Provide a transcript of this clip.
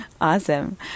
Awesome